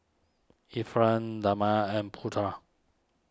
Irfan Damia and Putra